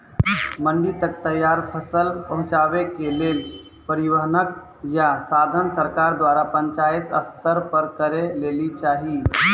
मंडी तक तैयार फसलक पहुँचावे के लेल परिवहनक या साधन सरकार द्वारा पंचायत स्तर पर करै लेली चाही?